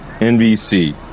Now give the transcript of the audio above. NBC